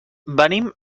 venim